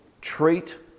Treat